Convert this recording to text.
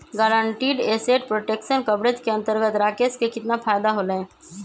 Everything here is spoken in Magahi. गारंटीड एसेट प्रोटेक्शन कवरेज के अंतर्गत राकेश के कितना फायदा होलय?